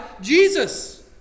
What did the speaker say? Jesus